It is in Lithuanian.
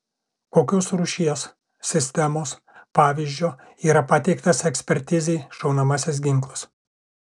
kokios rūšies sistemos pavyzdžio yra pateiktas ekspertizei šaunamasis ginklas